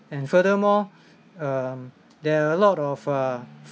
and furthermore um there are a lot of uh